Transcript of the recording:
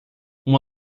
uma